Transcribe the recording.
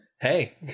hey